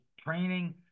training